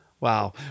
Wow